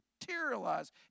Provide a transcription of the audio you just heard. materialize